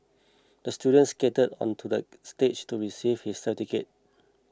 the student skated onto the stage to receive his certificate